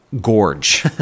Gorge